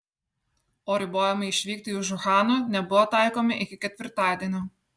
o ribojimai išvykti iš uhano nebuvo taikomi iki ketvirtadienio